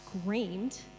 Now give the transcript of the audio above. screamed